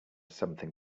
something